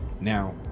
Now